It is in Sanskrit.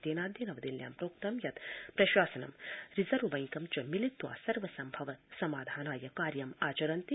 तेनाद्य नवदिल्ल्यां प्रोक्तं यत् प्रशासनं रिजर्व बैंक च मिलित्वा सर्वसम्भव समाधानाय कार्यमाचरन्ति